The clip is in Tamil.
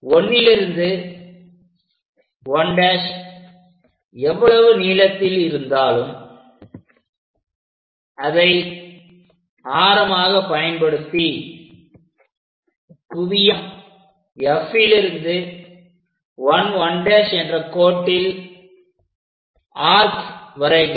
1லிருந்து 1' எவ்வளவு நீளத்தில் இருந்தாலும் அதை ஆரமாக பயன்படுத்தி குவியம் Fலிருந்து 11' என்ற கோட்டில் ஆர்க் வரைக